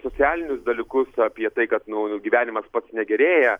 socialinius dalykus apie tai kad nu gyvenimas pats negerėja